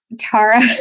Tara